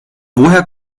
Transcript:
woher